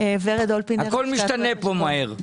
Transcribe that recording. הכל משתנה פה מהר.